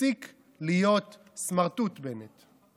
תפסיק להיות סמרטוט, בנט.